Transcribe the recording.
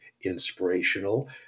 inspirational